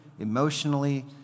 emotionally